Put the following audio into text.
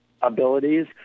abilities